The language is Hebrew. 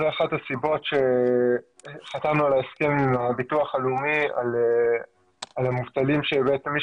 זו אחת הסיבות שחתמנו על הסכם עם ביטוח לאומי על המובטלים שמי